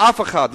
אף אחד.